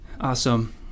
Awesome